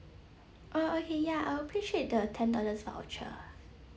oh okay ya I appreciate the ten dollars voucher